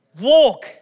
Walk